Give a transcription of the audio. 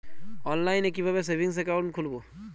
অনলাইনে কিভাবে savings account খুলবো?